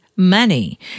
money